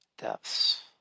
depths